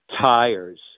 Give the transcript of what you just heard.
tires